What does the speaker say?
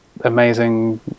amazing